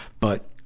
but,